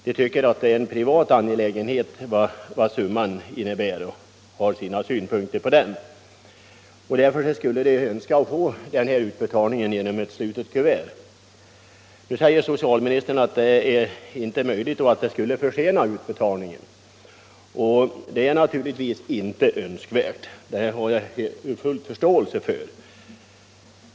De tycker att summan är en privat angelägenhet, och har sina synpunkter på detta utlämnande. Därför önskar de få avin i slutet kuvert. Nu säger socialministern att det inte är möjligt, och att det skulle försena utbetalningen. Det är naturligtvis inte önskvärt. Det har jag full förståelse för.